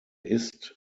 ist